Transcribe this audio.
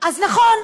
אז נכון,